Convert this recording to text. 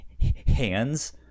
hands